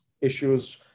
issues